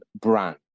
brand